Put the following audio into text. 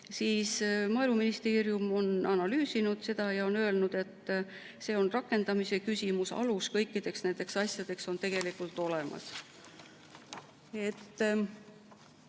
kitsed. Maaeluministeerium on seda analüüsinud ja öelnud, et see on rakendamise küsimus ning alus kõikideks nendeks asjadeks on tegelikult olemas.